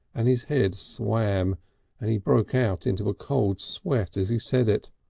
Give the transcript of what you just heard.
and his head swam and he broke out into a cold sweat as he said it.